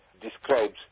describes